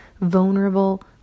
vulnerable